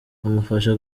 amufasha